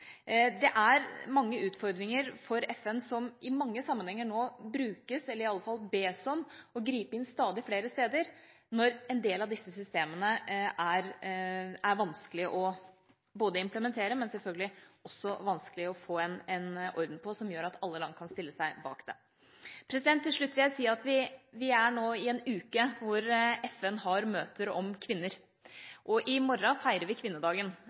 Det er mange utfordringer for FN som i mange sammenhenger nå brukes til – eller iallfall bes om – å gripe inn stadig flere steder, når en del av disse systemene er vanskelige å implementere, men selvfølgelig også vanskelige å få en orden på som gjør at alle land kan stille seg bak det. Til slutt vil jeg si at vi nå er i en uke hvor FN har møter om kvinner. I morgen feirer vi kvinnedagen.